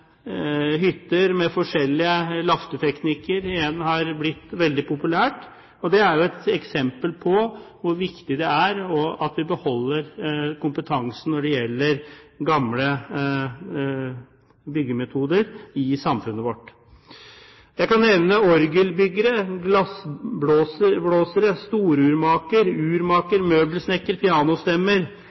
hytter med forskjellige lafteteknikker igjen har blitt veldig populært. Det er et eksempel på hvor viktig det er at vi beholder kompetansen når det gjelder gamle byggemetoder i samfunnet vårt. Jeg kan nevne orgelbygger, glassblåser, storurmaker, urmaker, møbelsnekker, pianostemmer,